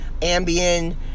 ambien